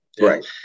Right